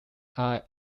are